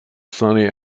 sunny